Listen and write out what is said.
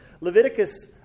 Leviticus